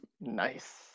Nice